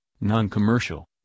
non-commercial